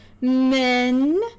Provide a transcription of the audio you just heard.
men